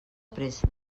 pressa